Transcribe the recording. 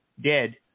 dead